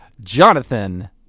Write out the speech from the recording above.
jonathan